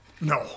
No